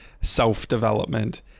self-development